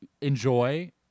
enjoy